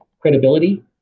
credibility